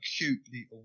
acutely